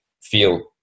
feel